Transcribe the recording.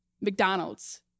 McDonald's